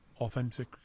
authentic